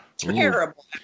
terrible